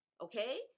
Okay